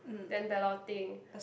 then ballot